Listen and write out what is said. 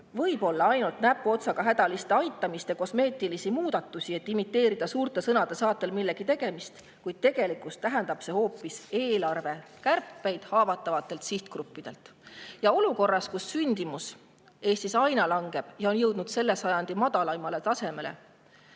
võib-olla ainult näpuotsaga hädaliste aitamist ja kosmeetilisi muudatusi, et imiteerida suurte sõnade saatel millegi tegemist. Tegelikkuses tähendab see hoopis eelarvekärpeid haavatavate sihtgruppide arvel. Olukorras, kus sündimus Eestis aina langeb ja on jõudnud selle sajandi madalaimale tasemele,